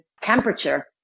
temperature